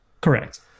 Correct